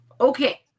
okay